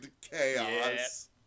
chaos